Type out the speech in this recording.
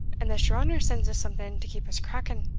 unless your honour sends us something to keep us cracking.